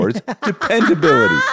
dependability